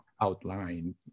outlined